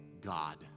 God